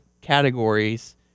categories